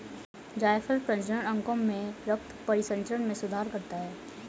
जायफल प्रजनन अंगों में रक्त परिसंचरण में सुधार करता है